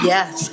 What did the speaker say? Yes